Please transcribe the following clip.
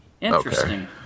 Interesting